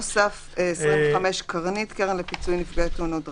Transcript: עוד מוסף: קרנית קרן לפיצוי נפגעי תאונות דרכים,